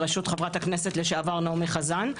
בראשות חברת הכנסת לשעבר נעמי חזן,